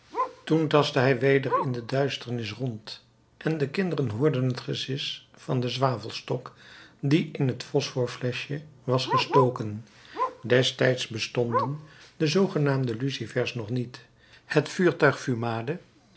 toen tastte hij weder in de duisternis rond en de kinderen hoorden het gesis van den zwavelstok die in het phosphorusfleschje was gestoken destijds bestonden de zoogenaamde lucifers nog niet het vuurtuig fumade